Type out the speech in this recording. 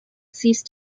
ceased